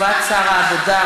הודעת שר העבודה,